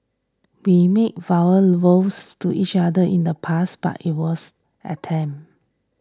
we made verbal vows to each other in the past but it was attempt